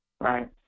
Right